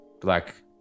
black